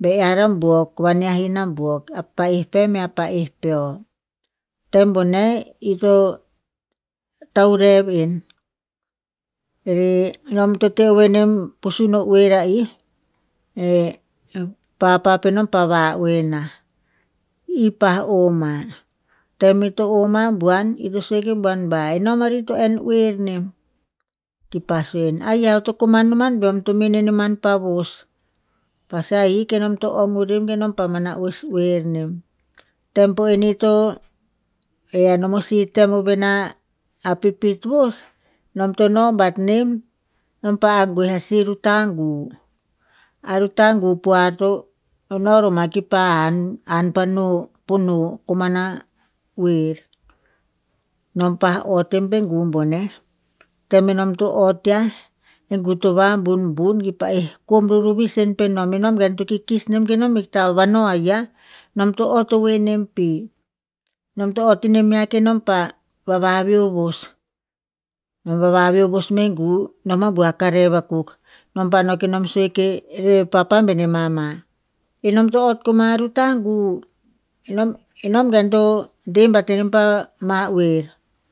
ba ear a buok vane him a buok a pa'eh pe mea pa'eh peo. Tem boneh ito taurev en, ere nom to teh ovoe nem pusuno oer a i. Eh papa penom pa va oeh na, i pa o ma. Tem ito o ma buan ito sue ke buan ba nam ari to enn oer nem. Kipa sue aiya eo to koman noman ba eom to mene noman pa vos pa sue, ahik enom to ong vurem enom pa oes oer nom. Tem po eni to he anom a sih tem ovena a pipit vos, nom to no bat nem nam pa angue a sih ruta gu. A ruta gu puar to- to no roma kipa han- han pa noh po noh komana oer. Nam pa ott en po gu boneh. Tem enom to ott ya, e gu to vabunbun ki pa'eh kom ruruvis en penom enom gen to kikis nem kenom hikta va no aiya. Nom to ott ovoe nem pi. Nom to ott inem ya kenom pa vava veo vos. Nom vava veo vos me gu, nom a bua karev akuk. Nom pa no kenom sue ke ere papa bene mama, enom to ott koma e ruta gu. Enom gen to deh bate nem ma oer.